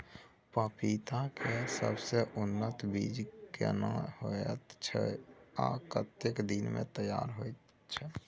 पपीता के सबसे उन्नत बीज केना होयत छै, आ कतेक दिन में तैयार होयत छै?